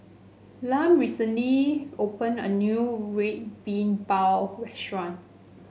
Lum recently opened a new Red Bean Bao restaurant